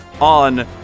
on